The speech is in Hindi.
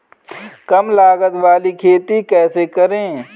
कम लागत वाली खेती कैसे करें?